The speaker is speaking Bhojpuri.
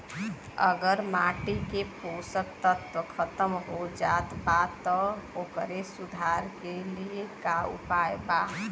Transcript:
अगर माटी के पोषक तत्व खत्म हो जात बा त ओकरे सुधार के लिए का उपाय बा?